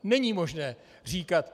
Není možné říkat: